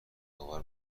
آور